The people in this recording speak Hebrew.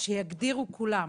שיגדירו כולם.